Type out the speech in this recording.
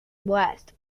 west